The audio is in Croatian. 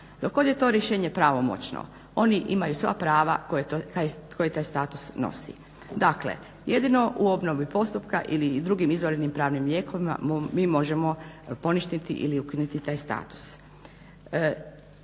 Dok god je to rješenje pravomoćno oni imaju sva prava koji taj status nosi. Dakle, jedino u obnovi postupka ili drugim izvanrednim pravnim lijekovima mi možemo poništiti ili ukinuti taj status.